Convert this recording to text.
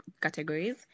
categories